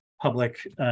public